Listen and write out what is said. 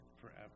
forever